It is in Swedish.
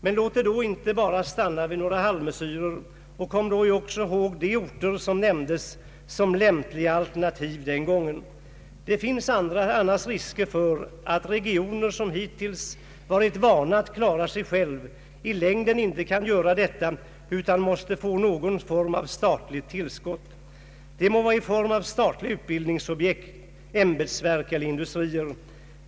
Men låt det då inte bara stanna vid några halvmesyrer, och kom också ihåg de orter som nämndes som lämpliga alternativ den gången. Det finns annars risker för att regioner, som hittills har varit vana att klara sig själva, i längden inte kan göra detta utan måste få någon form av statligt tillskott; det må vara i form av statliga utbildningsobjekt, ämbetsverk eller industrier.